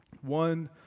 One